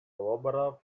opera